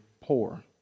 poor